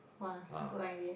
!wow! good idea